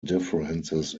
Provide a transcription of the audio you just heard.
differences